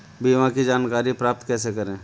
बीमा की जानकारी प्राप्त कैसे करें?